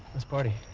let's party.